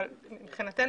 אבל מבחינתו,